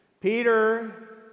Peter